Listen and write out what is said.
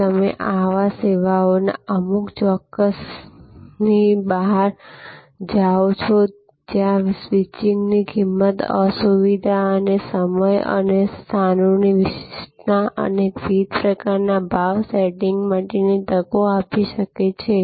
જો તમે સેવાઓના અમુક ચોક્કસ સમયની બહાર જાઓ છો જ્યાં સ્વિચિંગની કિંમત અસુવિધા અને સમય અને સ્થાનોની વિશિષ્ટતા અમને વિવિધ પ્રકારના ભાવ સેટિંગ માટેની તકો આપી શકે છે